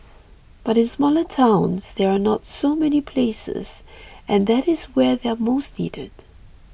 but in smaller towns there are not so many places and that is where they are most needed